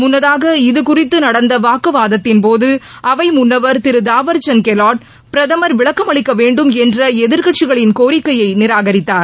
முன்னதாக இதுகுறித்து நடந்த வாக்குவாதத்தின்போது அவை முன்னவர் திரு தாவர்சந்த் கெல்லாட் பிரதமர் விளக்கமளிக்க வேணடும் என்ற எதிர்க்கட்சிகளின் கோரிக்கையை நிராகரித்தார்